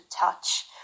touch